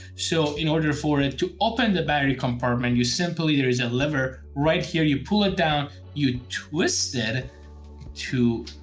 so in order for it to open the battery compartment you simply there is a lever right here, you pull it down, you twist it to